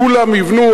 כולם יבנו.